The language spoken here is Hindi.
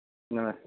नमस्ते